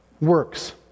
works